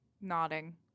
nodding